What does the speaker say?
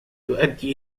تؤدي